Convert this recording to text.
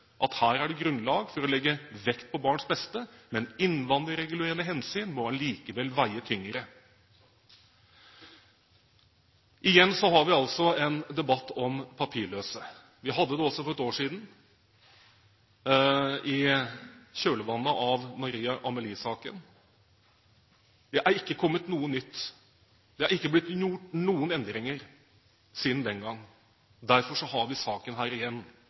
at her er det grunnlag for å legge vekt på barns beste, men innvandringsregulerende hensyn må allikevel veie tyngre. Igjen har vi altså en debatt om papirløse. Vi hadde det også for ett år siden i kjølvannet av Maria Amelie-saken. Det er ikke kommet noe nytt. Det er ikke blitt gjort noen endringer siden den gang. Derfor har vi saken her igjen,